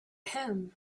him